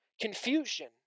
confusion